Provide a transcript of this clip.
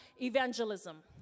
evangelism